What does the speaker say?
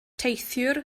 teithiwr